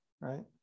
right